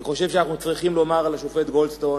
אני חושב שאנחנו צריכים לומר לשופט גולדסטון